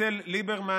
אצל ליברמן,